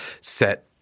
set